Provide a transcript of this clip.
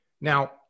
Now